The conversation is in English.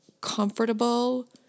comfortable